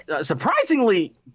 surprisingly